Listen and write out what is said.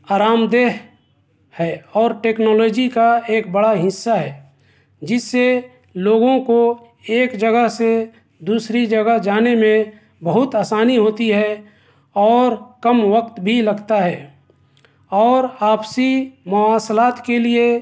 آرام دہ ہے اور ٹیکنالوجی کا ایک بڑا حصہ ہے جس سے لوگوں کو ایک جگہ سے دوسری جگہ جانے میں بہت آسانی ہوتی ہے اور کم وقت بھی لگتا ہے اور آپسی مواصلات کے لیے